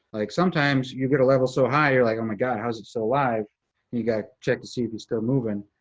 like sometimes, you get a level so high, you're like, oh, my god, how is it still alive? and you gotta check to see if it's still moving.